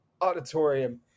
auditorium